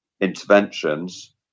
interventions